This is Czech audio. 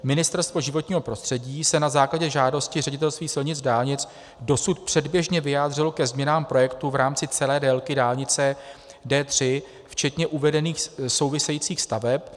Ministerstvo životního prostředí se na základě žádosti Ředitelství silnic a dálnic dosud předběžně vyjádřilo ke změnám projektu v rámci celé délky dálnice D3 včetně uvedených souvisejících staveb.